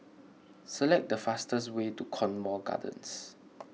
select the fastest way to Cornwall Gardens